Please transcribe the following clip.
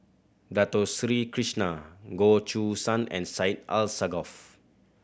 Dato Sri Krishna Goh Choo San and Syed Alsagoff